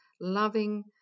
loving